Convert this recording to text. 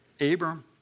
Abram